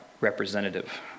representative